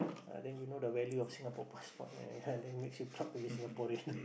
ah then you know the value of Singapore passport ya then makes you proud to be Singaporean